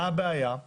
הבעיה היא